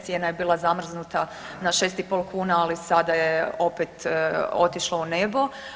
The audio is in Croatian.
Cijena je bila zamrznuta na 6,5 kuna, ali sada je opet otišlo u nebo.